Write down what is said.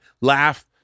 laugh